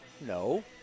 no